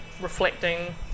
reflecting